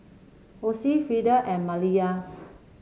Osie Frieda and Maliyah